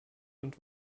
und